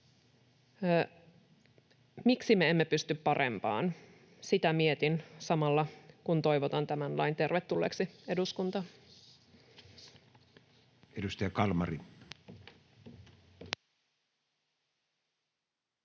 Miksi me emme pysty parempaan? Sitä mietin, samalla kun toivotan tämän lain tervetulleeksi eduskuntaan. [Speech 214]